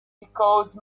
because